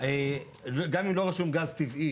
גם אם לא רשום גז טבעי